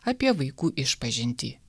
apie vaikų išpažintį